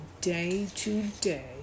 day-to-day